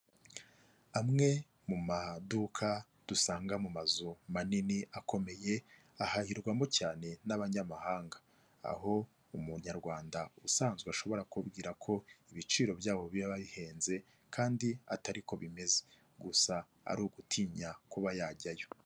Amwe mu maduka dusanga mu mazu manini akomeye ahahirwamo cyane n'abanyamahanga. Aho umunyarwanda usanzwe ashobora kukubwira ko ibiciro byabo biba bihenze kandi atari ko bimeze. Gusa ari ugutinya kuba yajyayo.